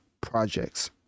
projects